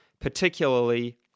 particularly